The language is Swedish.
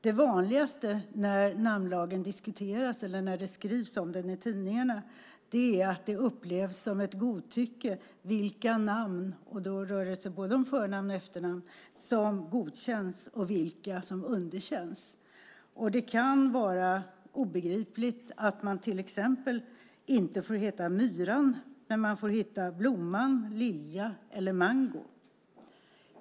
Det vanligaste när namnlagen diskuteras eller när det skrivs om den i tidningarna är att det upplevs som ett godtycke vilka namn - det rör sig då om både förnamn och efternamn - som godkänns och vilka som underkänns. Det kan vara obegripligt att man till exempel inte får heta Myran när man får heta Blomman, Lilja eller Mango.